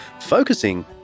focusing